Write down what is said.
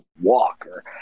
Walker